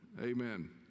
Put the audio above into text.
amen